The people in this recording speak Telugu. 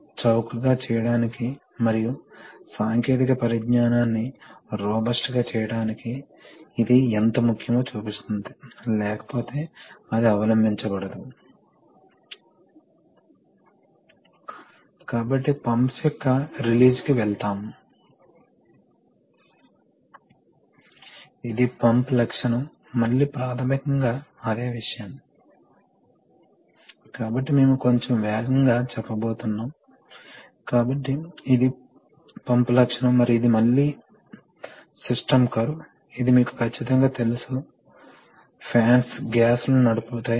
అదేవిధంగా ఇది మరొక అప్లికేషన్ ఉదాహరణకు ఇది త్రి వే వాల్వ్ అప్లికేషన్ ఇక్కడ మీరు ఈ స్థానానికి కనెక్ట్ చేస్తే వాల్వ్ ఈ విధంగా కదులుతుంది ఇవి స్ప్రింగ్స్ కాబట్టి వాల్వ్ స్ప్రింగ్ లోడ్ మరియు అందువల్ల మరింత తిరిగి రావడానికి మీకు ఎటువంటి ప్రెషర్ అవసరం లేదు మరియు మీరు వాల్వ్ను మార్చండి కాబట్టి ఇది ఎగ్జాస్ట్ అయిన ఈ పోర్ట్ కు కనెక్ట్ అవుతుంది మరియు తరువాత స్ప్రింగ్ చర్య ద్వారా ఈ వైపు ఎగ్జాస్ట్కు కనెక్ట్ అయినప్పుడు ఈ వైపు ప్రెషర్ తక్కువగా ఉంటుంది కాబట్టి స్ప్రింగ్ చర్య ద్వారా వాల్వ్ తిరిగి రాగలదు